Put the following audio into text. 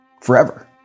forever